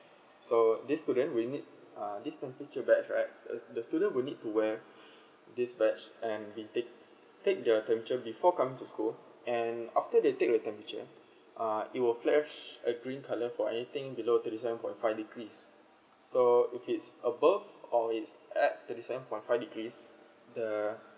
so this student will need uh this temperature batch right the student were need to wear this batch and be take take the temperature before come to school and after they take the temperature uh it will flash a green colour for anything below thirty seven point five degrees so if it's above or it is at thirty seven point five degrees the